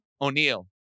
O'Neill